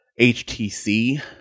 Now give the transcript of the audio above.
HTC